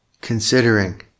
considering